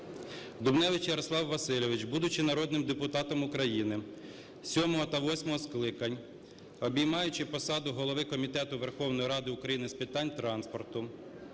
Дубневич Ярослав Васильович, будучи народним депутатом України сьомого та восьмого скликань, обіймаючи посаду голови Комітету Верховної Ради України з питань транспорту,